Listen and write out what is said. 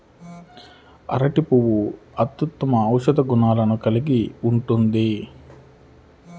అరటి పువ్వు అత్యుత్తమ ఔషధ గుణాలను కలిగి ఉంటుంది